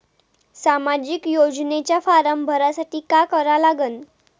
सामाजिक योजनेचा फारम भरासाठी का करा लागन?